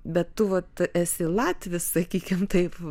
bet tu vat esi latvis sakykim taip